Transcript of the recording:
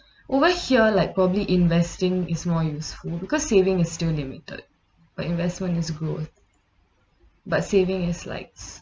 over here like probably investing is more useful because saving is still limited but investment is growth but saving is like